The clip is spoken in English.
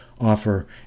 offer